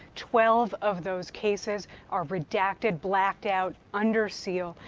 twelve of those cases are redacted, blacked out, under seal.